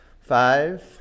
Five